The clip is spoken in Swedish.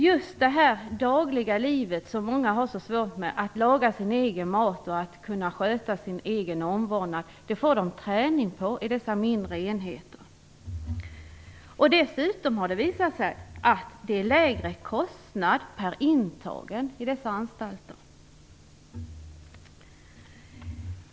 Många har svårigheter i det dagliga livet - att laga sin egen mat, att kunna sköta sin egen omvårdnad m.m. Det får de träning i på dessa mindre enheter. Det har dessutom visat sig att kostnaden per intagen är lägre på dessa anstalter.